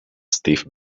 stiff